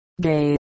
gay